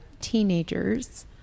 teenagers